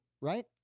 Right